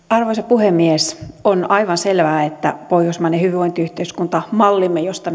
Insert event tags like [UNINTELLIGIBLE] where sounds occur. [UNINTELLIGIBLE] arvoisa puhemies on aivan selvää että pohjoismainen hyvinvointiyhteiskuntamallimme josta [UNINTELLIGIBLE]